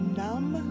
numb